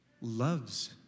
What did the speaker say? loves